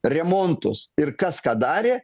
remontus ir kas ką darė